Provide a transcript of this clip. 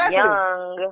young